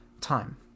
time